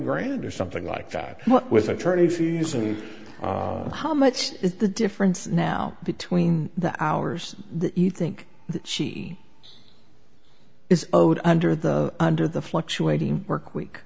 grand or something like that with attorney fees and how much is the difference now between the hours that you think that she is owed under the under the fluctuating work week